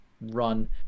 run